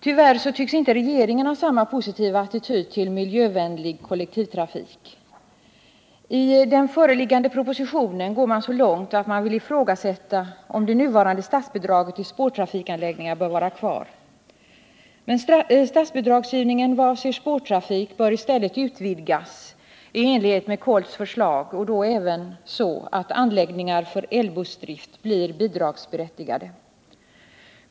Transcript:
Tyvärr tycks inte regeringen ha samma positiva attityd till miljövänlig kollektivtrafik. I den föreliggande propositionen går man så långt, att man vill ifrågasätta om det nuvarande statsbidraget till spårtrafikanläggningar bör vara kvar. Statsbidragsgivningen vad avser spårtrafik bör i stället utvidgas i enlighet med KOLT:s förslag och då även så, att omläggningar för elbussdrift blir bidragsberättigade.